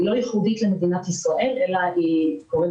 לא ייחודית למדינת ישראל אלא היא קורית